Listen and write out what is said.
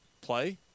play